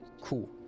Cool